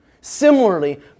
Similarly